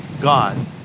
God